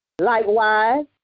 Likewise